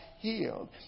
healed